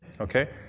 Okay